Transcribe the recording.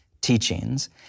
teachings